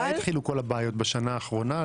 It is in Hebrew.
מתי התחילו כל הבעיות, בשנה האחרונה?